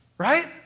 Right